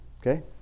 Okay